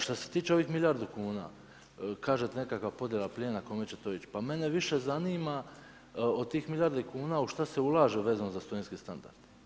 Što se tiče ovih milijardu kuna, kažete nekakva podjela plijena kome će to ić, mene više zanima od tih milijarde kuna u šta se ulaže vezano za studentske standarde?